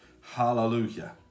hallelujah